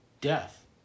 death